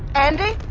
andi?